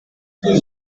bumva